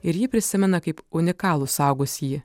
ir jį prisimena kaip unikalų suaugusįjį